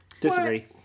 Disagree